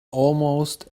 almost